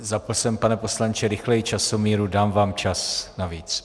Zapnul jsem, pane poslanče, rychleji časomíru, dám vám čas navíc.